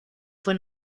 fue